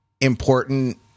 important